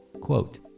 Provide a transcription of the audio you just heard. Quote